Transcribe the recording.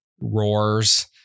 roars